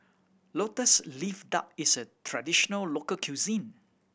Lotus Leaf Duck is a traditional local cuisine